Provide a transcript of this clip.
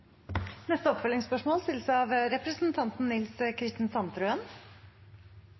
neste hovedspørsmål, som stilles av representanten